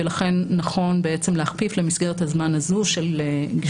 ולכן נכון בעצם להכפיף למסגרת הזמן הזו של גילוי הראיה.